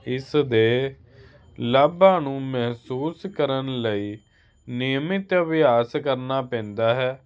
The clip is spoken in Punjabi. ਇਸ ਦੇ ਲਾਭਾਂ ਨੂੰ ਮਹਿਸੂਸ ਕਰਨ ਲਈ ਨਿਯਮਿਤ ਅਭਿਆਸ ਕਰਨਾ ਪੈਂਦਾ ਹੈ